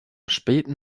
späten